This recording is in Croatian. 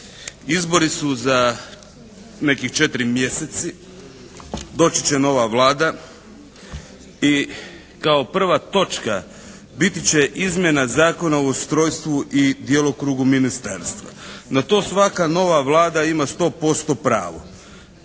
Izbori su za nekih 4 mjeseca. Doći će nova Vlada i kao prva točka biti će izmjena Zakona o ustrojstvu i djelokrugu ministarstva. Na to svaka nova Vlada ima 100% pravo.